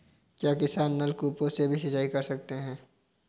क्या किसान नल कूपों से भी सिंचाई कर सकते हैं?